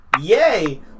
Yay